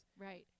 Right